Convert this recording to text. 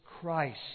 Christ